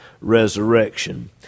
resurrection